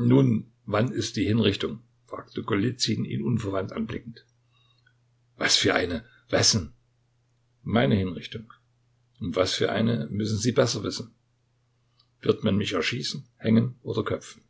nun wann ist die hinrichtung fragte golizyn ihn unverwandt anblickend was für eine wessen meine hinrichtung und was für eine müssen sie besser wissen wird man mich erschießen hängen oder köpfen